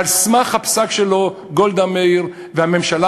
על סמך הפסק שלו גולדה מאיר והממשלה